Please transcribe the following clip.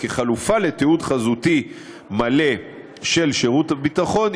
כחלופה לתיעוד חזותי מלא של שירות הביטחון,